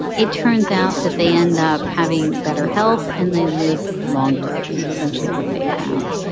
it turns out that they end up having better health, and they live longer was essentially what they found.